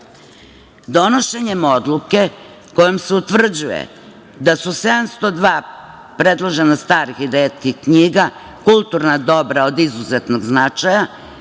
značaja. Donošenjem odluke kojom se utvrđuje da su 720 predloženih starih i retkih knjiga kulturna dobra od izuzetnog značaja,